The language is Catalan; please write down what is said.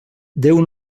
déu